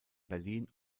berlin